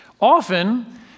Often